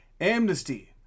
Amnesty